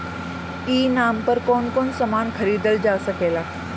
ई नाम पर कौन कौन समान खरीदल जा सकेला?